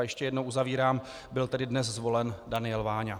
Ještě jednou uzavírám byl tedy dnes zvolen Daniel Váňa.